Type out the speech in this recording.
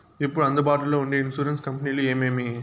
ఇప్పుడు అందుబాటులో ఉండే ఇన్సూరెన్సు కంపెనీలు ఏమేమి?